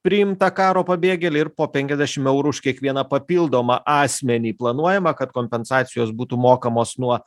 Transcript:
priimtą karo pabėgėlį ir po penkiasdešim eurų už kiekvieną papildomą asmenį planuojama kad kompensacijos būtų mokamos nuo